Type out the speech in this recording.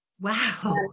wow